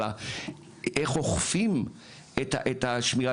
אלא איך אוכפים את השמירה,